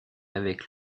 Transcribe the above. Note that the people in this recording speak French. avec